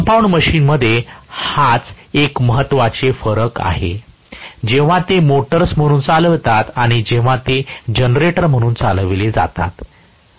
compound मशीनमध्ये हाच एक महत्त्वाचे फरक आहे जेव्हा ते मोटर्स म्हणून चालतात आणि जेव्हा ते जनरेटर म्हणून चालविले जातात तेव्हा